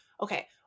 okay